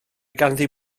ganddi